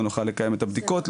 לא נוכל לקיים את הבדיקות,